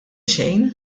xejn